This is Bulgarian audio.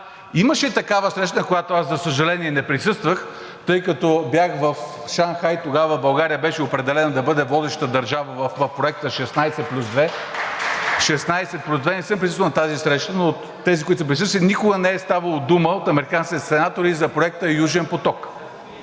имаше такава среща, на която аз, за съжаление, не присъствах, тъй като бях в Шанхай – тогава България беше определена да бъде водеща държава в Проекта „16+2“. Не съм присъствал на тази среща, но от тези, които са присъствали, никога не е ставало дума от американските сенатори за проекта Южен поток.